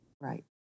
Right